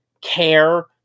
care